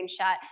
screenshot